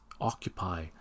occupy